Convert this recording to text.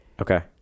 Okay